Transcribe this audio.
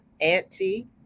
auntie